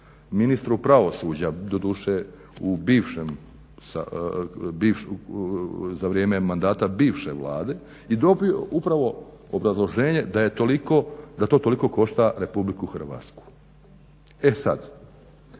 ministru pravosuđa, doduše u bivšem, za vrijeme mandata bivše Vlade i dobio upravo obrazloženje da to toliko košta Republiku Hrvatsku. E sad